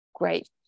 Great